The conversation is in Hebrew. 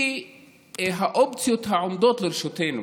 כי האופציות העומדות לרשותנו